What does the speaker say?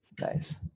nice